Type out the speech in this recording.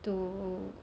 to